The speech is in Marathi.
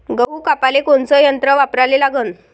गहू कापाले कोनचं यंत्र वापराले लागन?